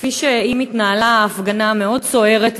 כפי שאם התנהלה הפגנה מאוד סוערת,